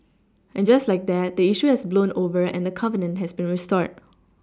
and just like that the issue has blown over and the covenant has been restored